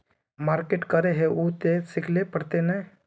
Market करे है उ ते सिखले पड़ते नय?